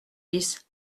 dix